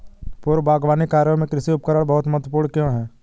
पूर्व बागवानी कार्यों में कृषि उपकरण बहुत महत्वपूर्ण क्यों है?